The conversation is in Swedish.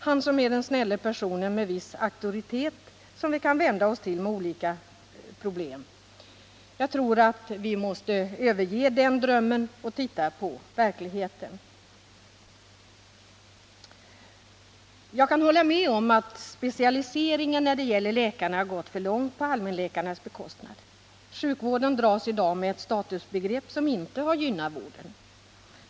Han är den snälla personen med viss auktoritet som vi kan vända oss till med olika problem. Jag tror vi måste överge den drömmen och titta på verkligheten. Jag kan hålla med om att specialiseringen när det gäller läkarna har gått för långt på allmänläkarnas bekostnad. Sjukvården dras i dag med ett statusbegrepp som inte har gynnat vården.